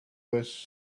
this